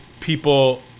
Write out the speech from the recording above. people